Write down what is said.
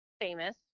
Famous